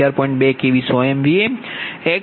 08 p